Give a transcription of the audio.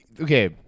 okay